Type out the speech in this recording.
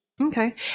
Okay